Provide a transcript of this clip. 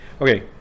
Okay